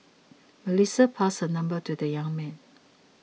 Melissa passed her number to the young man